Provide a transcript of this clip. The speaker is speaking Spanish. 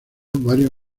varios